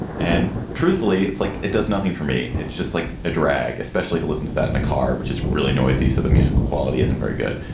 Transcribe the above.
and truthfully, it's like it does nothing for me. it's just like a drag, especially to listen to that in a car, which is really noisy. so the musical quality isn't very good.